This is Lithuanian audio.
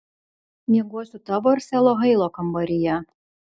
miegosiu tavo ar sero hailo kambaryje